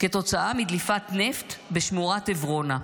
כתוצאה מדליפת נפט בשמורת עברונה.